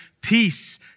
peace